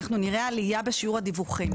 אנחנו נראה עלייה בשיעור הדיווחים.